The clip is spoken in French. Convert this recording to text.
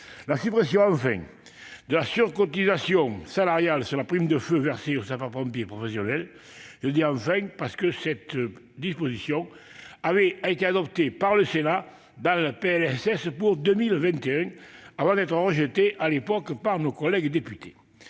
la suppression de la surcotisation salariale sur la prime de feu versée aux sapeurs-pompiers professionnels. Cette disposition avait été adoptée par le Sénat dans le PLFSS pour 2021 avant d'être rejetée, à l'époque, par nos collègues députés.